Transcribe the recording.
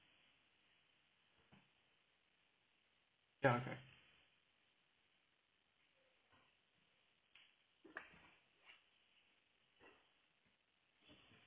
ya okay